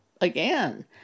again